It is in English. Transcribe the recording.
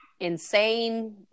insane